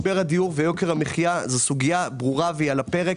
משבר הדיור ויוקר המחיה זו סוגיה ברורה והיא על הפרק,